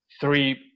three